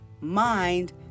mind